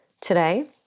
today